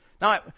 Now